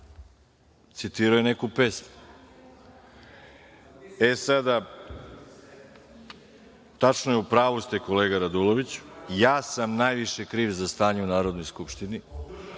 citirao je neku pesmu. Sada, tačno je, u pravu ste, kolega Raduloviću, ja sam najviše kriv za stanje u Narodnoj skupštini,